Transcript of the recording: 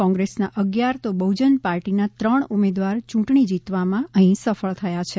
કોંગ્રેસ ના અગિયાર તો બહ્જન પાર્ટી ના ત્રણ ઉમેદવાર યૂંટણી જીતવામાં અહી સફળ થયા છે